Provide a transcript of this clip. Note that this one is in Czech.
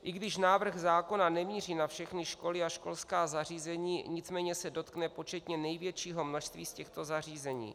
I když návrh zákona nemíří na všechny školy a školská zařízení, nicméně se dotkne početně největšího množství z těchto zařízení.